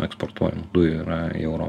eksportuojamų dujų yra į euro